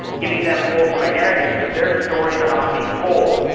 giving them wholesome identities, but their stories are not being told,